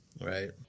Right